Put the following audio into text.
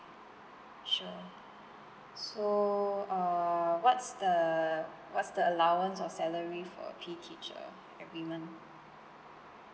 sure so uh what's the what's the allowance or salary for a P_E teacher every month